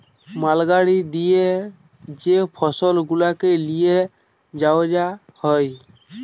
মাল গাড়ি দিয়ে যে ফসল গুলাকে লিয়ে যাওয়া হয়